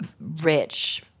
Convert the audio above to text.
rich